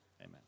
Amen